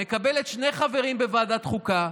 מקבלת שני חברים בוועדת חוקה,